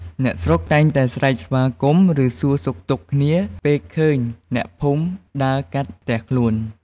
អ្នកស្រុកតែងតែស្រែកស្វាគមន៍ ឬសួរសុខទុក្ខគ្នា ពេលឃើញអ្នកភូមិដើរកាត់ផ្ទះខ្លួន។